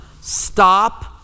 stop